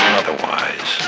otherwise